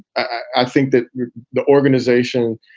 i think that the organization,